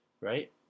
right